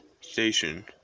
Station